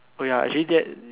oh ya actually that